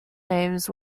names